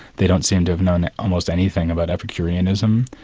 they don't seem to have known almost anything about epicureanism,